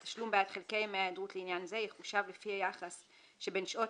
התשלום בעד חלקי ימי היעדרות לעניין זה יחושב לפי היחס שבין שעות